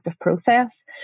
process